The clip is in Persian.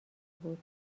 بود